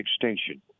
extinction